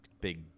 big